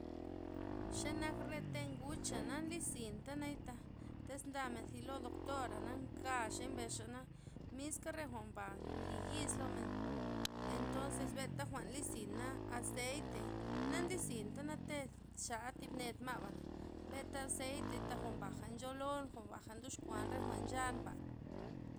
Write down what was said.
Xenak re tee' nguxa' na nli zintanay thaj tiz ndamen lozi doktora' na nkaxey mbes xana miska re jwa'nba nli yis lomen entonzes, benta jwa'n nli zina azeitei, na nli zintana tee' xala thib ned ma'bana, benta azeitei taj jwa'nata ncholon, jwa'na ndoxkuan re jwa'n nchanba.